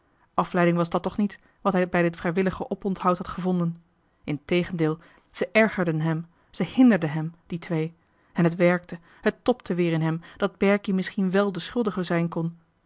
afleiding was dat toch niet wat hij bij dit vrijwillige oponthoud had gevonden integendeel zij ergerden hem zij hinderden hem die twee en het werkte het tobde weer in hem dat berkie misschien wèl de schuldige zijn kon